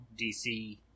DC